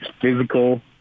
physical